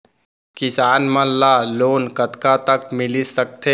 किसान मन ला लोन कतका तक मिलिस सकथे?